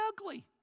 ugly